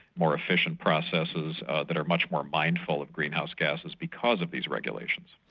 more efficient processes that are much more mindful of greenhouse gases because of these regulations.